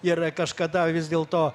ir kažkada vis dėlto